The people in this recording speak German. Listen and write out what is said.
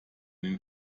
den